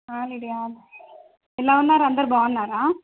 Lydia ఎలా ఉన్నారు అందరూ బాగున్నారా